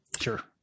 sure